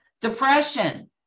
Depression